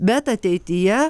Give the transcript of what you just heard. bet ateityje